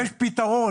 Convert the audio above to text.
יש פתרון.